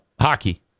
hockey